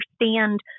understand